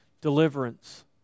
deliverance